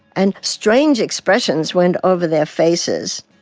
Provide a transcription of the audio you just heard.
and strange expressions went over their faces.